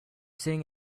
sitting